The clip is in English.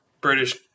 British